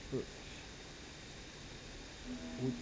approach would